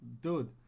Dude